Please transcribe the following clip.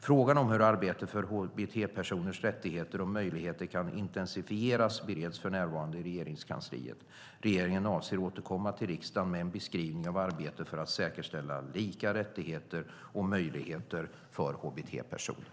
Frågan om hur arbetet för hbt-personers rättigheter och möjligheter kan intensifieras bereds för närvarande i Regeringskansliet. Regeringen avser att återkomma till riksdagen med en beskrivning av arbetet för att säkerställa lika rättigheter och möjligheter för hbt-personer.